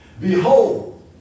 Behold